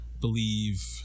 believe